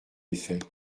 effet